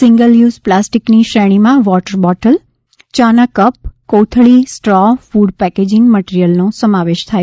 single use પ્લાસ્ટિકની શ્રેણીમાં water bottle ચાના કપ કોથળી સ્ટ્રૉ ફૂડ પેકેજીંગ મટીરીયલનો સમાવેશ થાય છે